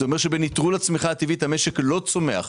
זה אומר שבנטרול הצמיחה הטבעית המשק לא צומח,